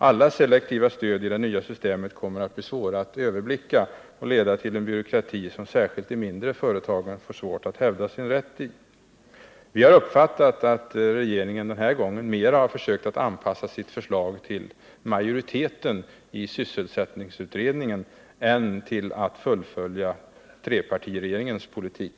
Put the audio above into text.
Alla selektiva stöd i det nya systemet kommer att bli svåra att överblicka och leda till en byråkrati som särskilt de mindre företagen får svårt att hävda sin rätt i. Vi har uppfattat att regeringen denna gång mera har försökt att anpassa sitt förslag till majoriteten i sysselsättningsutredningen än att fullfölja trepartiregeringens politik.